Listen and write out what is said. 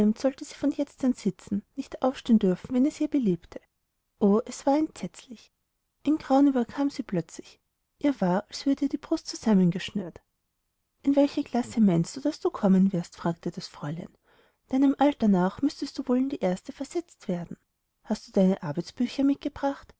sollte sie von jetzt an sitzen nicht aufstehen dürfen wenn es ihr beliebte o es war entsetzlich ein grauen überkam sie plötzlich ihr war als würde ihr die brust zusammengeschnürt in welche klasse meinst du daß du kommen wirst fragte das fräulein deinem alter nach müßtest du wohl in die erste versetzt werden hast du deine arbeitsbücher mitgebracht